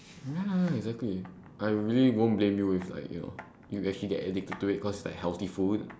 ya ya ya exactly I really won't blame you with like you know you'll actually get addicted to it cause like healthy food